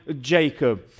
Jacob